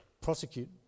prosecute